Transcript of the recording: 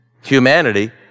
humanity